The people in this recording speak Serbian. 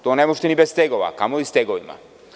To ne možete i bez tegova, a kamoli sa tegovima.